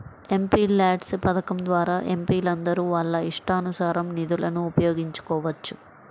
MPLADS పథకం ద్వారా ఎంపీలందరూ వాళ్ళ ఇష్టానుసారం నిధులను ఉపయోగించుకోవచ్చు